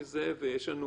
אני מעכב